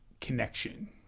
connection